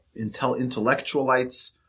intellectualites